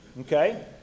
Okay